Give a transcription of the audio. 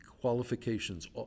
qualifications